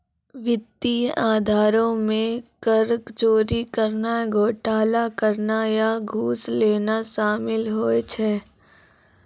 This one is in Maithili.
वित्तीय अपराधो मे कर चोरी करनाय, घोटाला करनाय या घूस लेनाय शामिल होय छै